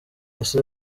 ese